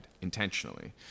intentionally